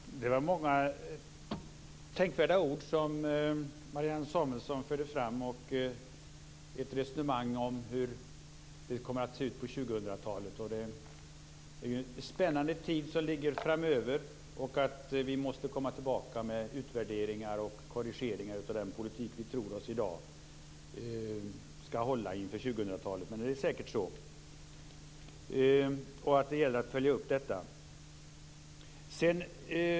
Fru talman! Det var många tänkvärda ord som Marianne Samuelsson förde fram och ett resonemang om hur det kommer att se ut på 2000-talet. Det är en spännande tid som ligger framöver. Det är säkert så att vi måste komma tillbaka med utvärderingar och korrigeringar av den politik som vi i dag tror skall hålla inför 2000-talet och att det gäller att följa upp detta.